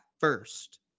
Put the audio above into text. first